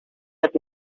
let